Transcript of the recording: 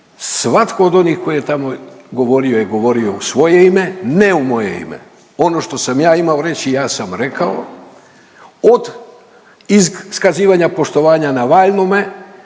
svatko od onih koji je tamo govorio je govorio u svoje ime, ne u moje ime. Ono što sam ja imao reći ja sam rekao od iskazivanja poštovanja Navaljnome,